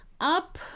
up